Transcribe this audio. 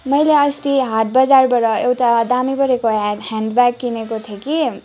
मैले अस्ति हाट बजारबाट एउटा दामी बडेको ह्या ह्यान्ड ब्याग किनेको थिएँ कि